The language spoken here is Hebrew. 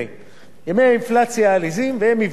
והם היוונו 25% מהפנסיה שלהם,